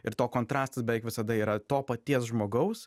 ir to kontrastas beveik visada yra to paties žmogaus